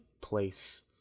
place